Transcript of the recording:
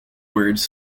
words